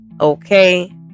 Okay